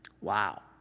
Wow